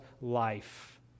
life